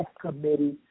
committee